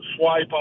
swipe